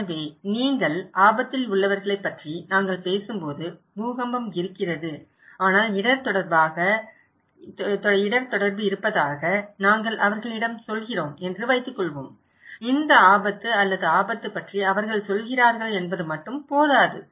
எனவே நீங்கள் ஆபத்தில் உள்ளவர்களைப் பற்றி நாங்கள் பேசும்போது பூகம்பம் இருக்கிறது ஆனால் இடர் தொடர்பு இருப்பதாக நாங்கள் அவர்களிடம் சொல்கிறோம் என்று வைத்துக்கொள்வோம் இந்த ஆபத்து அல்லது ஆபத்து பற்றி அவர்கள் சொல்கிறார்கள் என்பது மட்டும் போதாது